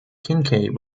kincaid